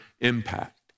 impact